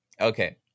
Okay